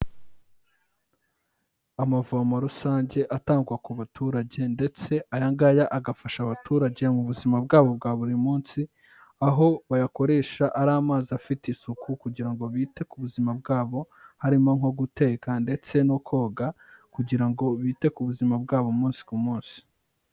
Amavomo rusange atangwa ku baturage, ndetse aya ngaya agafasha abaturage mu buzima bwabo bwa buri munsi, aho bayakoresha ari amazi afite isuku, kugira ngo bite ku buzima bwabo, harimo nko guteka ndetse no koga kugira ngo bite ku buzima bwabo umunsi ku munsi.